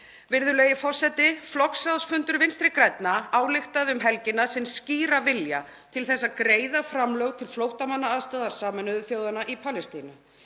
Virðulegi forseti. Flokksráðsfundur Vinstri grænna ályktaði um helgina um sinn skýra vilja til að greiða framlög til flóttamannaaðstoðar Sameinuðu þjóðanna í Palestínu.